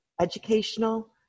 educational